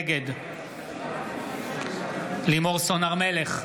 נגד לימור סון הר מלך,